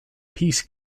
peace